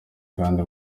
kandi